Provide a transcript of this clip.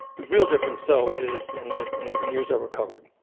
real difference though is in the in the years that were covered.